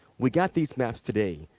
we got these maps today.